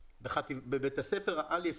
בבית הספר העל יסודי,